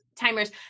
timers